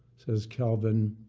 says calvin,